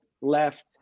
left